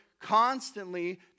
constantly